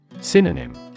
Synonym